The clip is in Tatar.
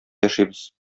яшибез